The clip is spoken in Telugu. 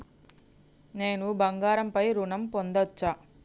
నేను బంగారం పై ఋణం పొందచ్చా?